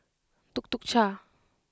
Tuk Tuk Cha